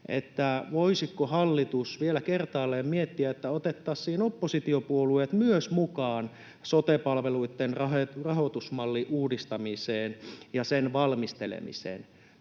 siitä, voisiko hallitus vielä kertaalleen miettiä, että otettaisiin myös oppositiopuolueet mukaan sote-palveluitten rahoitusmallin uudistamiseen ja sen valmistelemiseen.